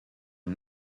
and